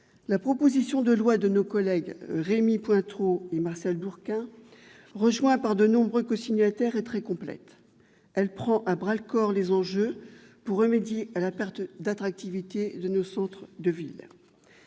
La proposition de loi de nos collègues Rémy Pointereau et Martial Bourquin, rejoints par de nombreux cosignataires, est très complète. Elle prend à bras-le-corps les enjeux pour remédier à la perte d'attractivité de nos centres-villes.